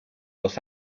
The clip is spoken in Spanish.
los